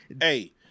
Hey